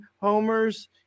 homers